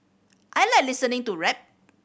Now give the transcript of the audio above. I like listening to rap